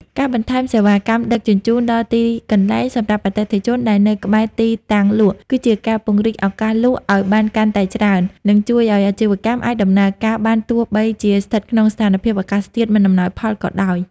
ការបន្ថែមសេវាកម្មដឹកជញ្ជូនដល់ទីកន្លែងសម្រាប់អតិថិជនដែលនៅក្បែរទីតាំងលក់ គឺជាការពង្រីកឱកាសលក់ឱ្យបានកាន់តែច្រើន និងជួយឱ្យអាជីវកម្មអាចដំណើរការបានទោះបីជាស្ថិតក្នុងស្ថានភាពអាកាសធាតុមិនអំណោយផលក៏ដោយ។